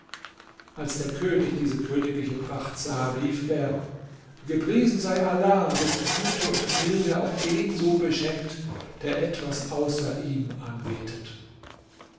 als der könig diese königliche pracht sah rief er gepriesen sei allah dessen güte und milde auch den so beschenkt der etwas außer ihm anbetet